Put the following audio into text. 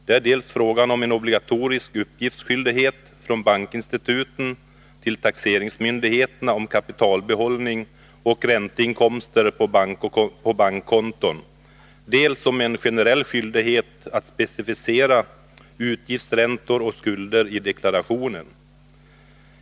Det är dels frågan om en obligatorisk skyldighet för bankinstituten att lämna uppgift till taxeringsmyndigheterna om kapitalbehållning och ränteinkomster på bankkonton, dels frågan om en generell skyldighet att specificera utgiftsräntor och skulder i deklarationen.